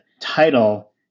title